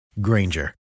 Granger